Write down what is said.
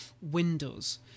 windows